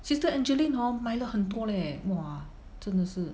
sister Angeline hor 买了很多 leh !wah! 真的是